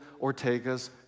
Ortega's